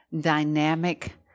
dynamic